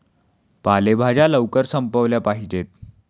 पालेभाज्या लवकर संपविल्या पाहिजेत